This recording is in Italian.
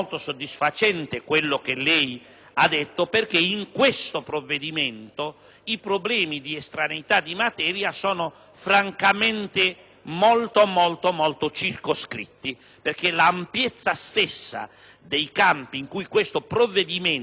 ha detto, perché in questo provvedimento i problemi di estraneità di materia sono francamente molto circoscritti dato che l'ampiezza stessa dei campi in cui questo provvedimento *ab origine* interviene